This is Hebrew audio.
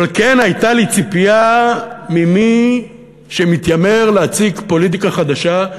אבל כן הייתה לי ציפייה ממי שמתיימר להציג פוליטיקה חדשה,